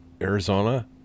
Arizona